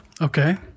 Okay